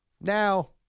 Now